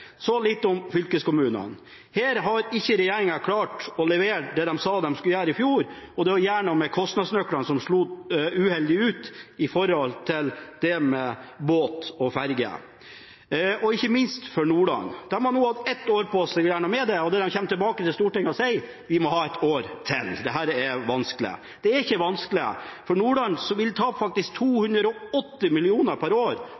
Så litt om fylkeskommunene. Her har ikke regjeringen klart å levere det de sa de skulle gjøre i fjor, og det var å gjøre noe med kostnadsnøklene som slo uheldig ut i forhold til båt- og ferjedrift, ikke minst for Nordland. De har nå hatt ett år på seg for å gjøre noe med det, og det de kommer tilbake til Stortinget og sier, er at de må ha et år til, for dette er vanskelig. Det er ikke vanskelig. Nordland vil faktisk tape 280 mill. kr per år